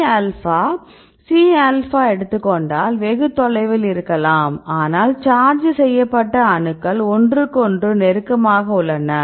C alpha C ஆல்பாவை எடுத்துக் கொண்டால் வெகு தொலைவில் இருக்கலாம் ஆனால் சார்ஜ் செய்யப்பட்ட அணுக்கள் ஒன்றுக்கொன்று நெருக்கமாக உள்ளன